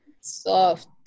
soft